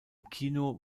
kino